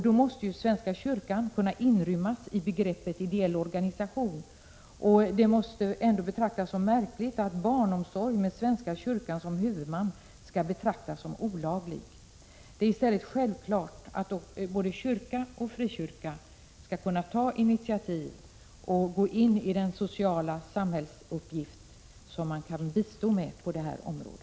Då måste svenska kyrkan kunna inrymmas i begreppet ideell organisation. Det måste väl betraktas som märkligt att barnomsorg med svenska kyrkan som huvudman skall betraktas som olaglig. Det är i stället självklart att kyrkan och frikyrkan skall kunna ta initiativ och gå in i den sociala samhällsuppgift som man kan bistå med på detta område.